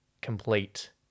complete